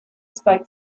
spoke